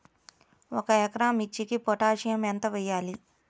ఒక ఎకరా మిర్చీకి పొటాషియం ఎంత వెయ్యాలి?